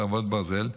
חרבות ברזל),